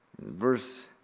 Verse